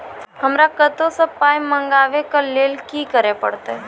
हमरा कतौ सअ पाय मंगावै कऽ लेल की करे पड़त?